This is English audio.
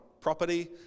property